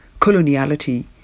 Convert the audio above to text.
coloniality